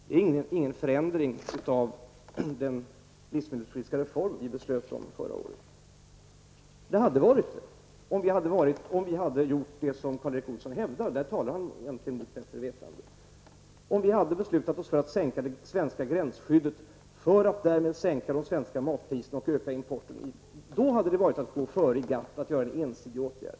Det är ingen förändring av den livsmedelspolitiska reform som vi beslöt om förra året. Så hade varit fallet, om vi hade gjort det som Karl Erik Olsson hävdar, och i det fallet talar han nog mot bättre vetande. Om vi hade beslutat att sänka det svenska gränsskyddet för att därmed sänka de svenska matpriserna och öka importen, hade vi föregått GATT med en ensidig åtgärd.